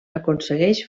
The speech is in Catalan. aconsegueix